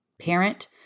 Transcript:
parent